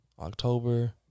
October